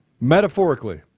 metaphorically